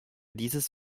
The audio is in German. dieses